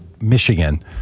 Michigan